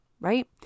right